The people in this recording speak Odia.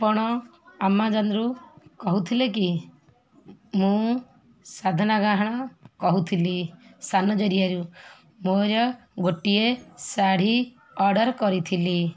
ଆପଣ ଆମାଜନ୍ରୁ କହୁଥିଲେ କି ମୁଁ ସାଧନା ଗାହାଣ କହୁଥିଲି ସାନଜରିଆରୁ ମୋର ଗୋଟିଏ ଶାଢ଼ୀ ଅର୍ଡ଼ର୍ କରିଥିଲି